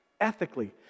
ethically